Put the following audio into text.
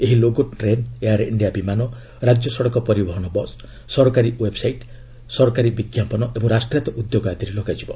ଏହି logo train Air India ବିମାନ ରାଜ୍ୟ ସଡ଼କ ପରିବହନ ବସ୍ ସରକାରୀ ଓ୍ୱେବ୍ସାଇଟ୍ ସରକାରୀ ବିଜ୍ଞାପନ ଏବଂ ରାଷ୍ଟ୍ରାୟତ ଉଦ୍ୟୋଗ ଆଦିରେ ଲଗାଯିବ